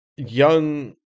Young